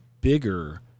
bigger